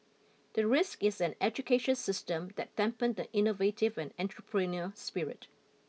the risk is an education system that dampen the innovative and entrepreneurial spirit